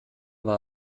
war